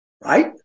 Right